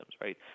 right